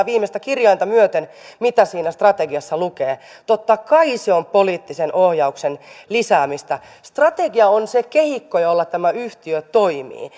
viimeistä kirjainta myöten mitä siinä strategiassa lukee totta kai se on poliittisen ohjauksen lisäämistä strategia on se kehikko jolla tämä yhtiö toimii